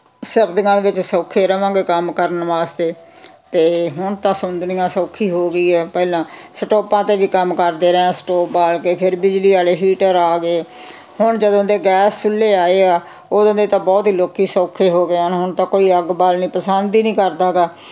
ਸਰਦੀਆਂ ਵਿੱਚ ਸੌਖੇ ਰਹਾਂਗੇ ਕੰਮ ਕਰਨ ਵਾਸਤੇ ਅਤੇ ਹੁਣ ਤਾਂ ਸਗੋਂ ਦੁਨੀਆਂ ਸੌਖੀ ਹੋ ਗਈ ਹੈ ਪਹਿਲਾਂ ਸਟੋਪਾਂ 'ਤੇ ਵੀ ਕੰਮ ਕਰਦੇ ਰਹੇ ਸਟੋਪ ਬਾਲ ਕੇ ਫਿਰ ਬਿਜਲੀ ਵਾਲੇ ਹੀਟਰ ਆ ਗਏ ਹੁਣ ਜਦੋਂ ਦੇ ਗੈਸ ਚੁੱਲ੍ਹੇ ਆਏ ਆ ਉਦੋਂ ਦੇ ਤਾਂ ਬਹੁਤ ਹੀ ਲੋਕ ਸੌਖੇ ਹੋ ਗਏ ਹਨ ਹੁਣ ਤਾਂ ਕੋਈ ਅੱਗ ਬਾਲਣੀ ਪਸੰਦ ਹੀ ਨਹੀਂ ਕਰਦਾ ਗਾ